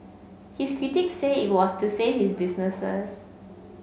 his critic say it was to save his businesses